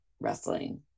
wrestling